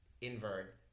invert